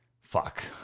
fuck